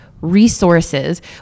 resources